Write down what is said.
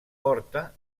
porta